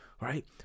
right